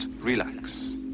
relax